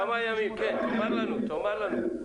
כן, תאמר לנו.